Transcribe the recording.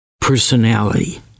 personality